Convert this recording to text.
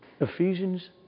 Ephesians